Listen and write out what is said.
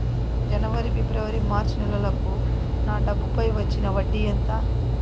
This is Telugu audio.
జనవరి, ఫిబ్రవరి, మార్చ్ నెలలకు నా డబ్బుపై వచ్చిన వడ్డీ ఎంత